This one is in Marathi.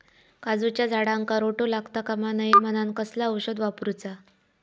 काजूच्या झाडांका रोटो लागता कमा नये म्हनान कसला औषध वापरूचा?